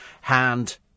hand